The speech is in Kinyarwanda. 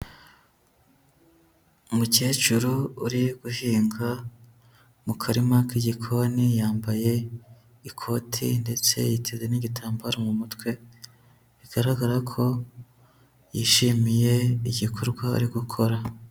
Umukecuru uri guhinga mu karima k'igikoni, yambaye ikoti ndetse yiteze n'igitambaro mu mutwe, bigaragara ko yishimiye igikorwa ari gukora.